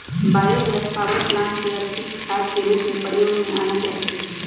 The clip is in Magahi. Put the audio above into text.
बायो गैस पावर प्लांट के अपशिष्ट खाद के रूप में प्रयोग में आनल जा सकै छइ